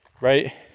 right